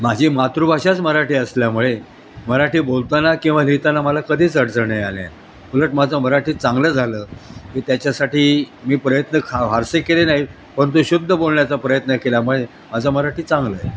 माझी मातृभाषाच मराठी असल्यामुळे मराठी बोलताना किंवा लिहिताना मला कधीच अडचणी नाही आल्या उलट माझं मराठी चांगलं झालं की त्याच्यासाठी मी प्रयत्न खा फारसे केले नाही परंतु शुद्ध बोलण्याचा प्रयत्न केल्यामुळे माझं मराठी चांगलं आहे